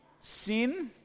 sin